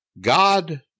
God